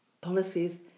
policies